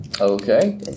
Okay